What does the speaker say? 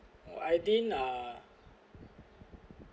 or I didn't uh